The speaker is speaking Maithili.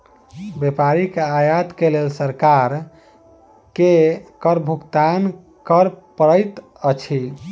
व्यापारी के आयत के लेल सरकार के कर भुगतान कर पड़ैत अछि